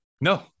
No